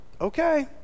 okay